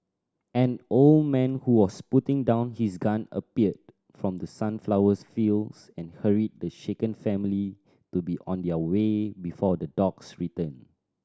an old man who was putting down his gun appeared from the sunflower fields and hurried the shaken family to be on their way before the dogs return